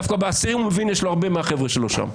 דווקא באסירים הוא מבין, הרבה מהחבר'ה שלו שם.